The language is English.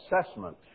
assessment